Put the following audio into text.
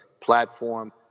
platform